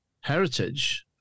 heritage